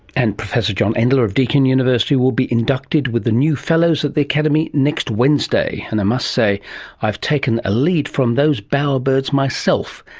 and professor john endler of deakin university will be inducted with the new fellows at the academy next wednesday. and i must say i've taken the ah lead from those bower birds myself,